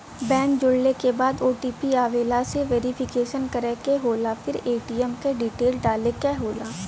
bank जोड़ले के बाद ओ.टी.पी आवेला से वेरिफिकेशन करे क होला फिर ए.टी.एम क डिटेल डाले क होला